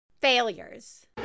Failures